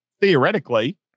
theoretically